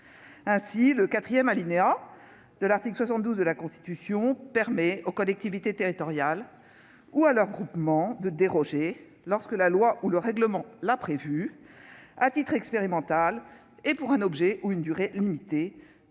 Ainsi, le quatrième alinéa de l'article 72 de la Constitution permet aux collectivités territoriales ou à leurs groupements de déroger, lorsque la loi ou le règlement l'a prévu, « à titre expérimental et pour un objet et une durée limités,